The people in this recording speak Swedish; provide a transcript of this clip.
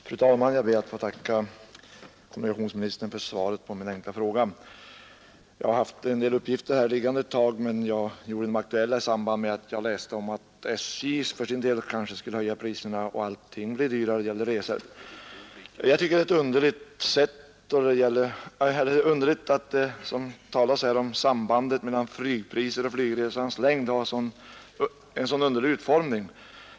Fru talman! Jag ber att få tacka kommunikationsministern för svaret på min enkla fråga. Jag har haft en del uppgifter om flygpriserna liggande, men de blev aktuella i samband med att jag läste om att SJ kanske skulle höja priserna och att alla resor skulle bli dyrare. Utformningen av sambandet mellan flygpriser och flygresans längd är underligt.